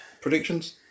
Predictions